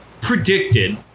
predicted